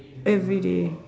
everyday